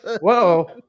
whoa